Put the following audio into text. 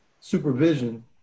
supervision